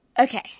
Okay